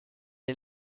est